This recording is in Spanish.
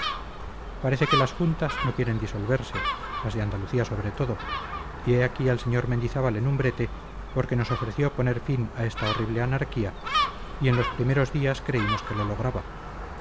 parece que las juntas no quieren disolverse las de andalucía sobre todo y he aquí al sr mendizábal en un brete porque nos ofreció poner fin a esta horrible anarquía y en los primeros días creímos que lo lograba